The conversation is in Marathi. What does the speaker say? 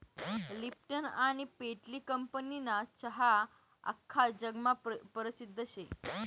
लिप्टन आनी पेटली कंपनीना चहा आख्खा जगमा परसिद्ध शे